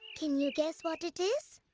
can you guess what it is?